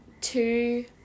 two